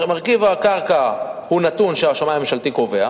מרכיב הקרקע הוא נתון שהשמאי הממשלתי קובע,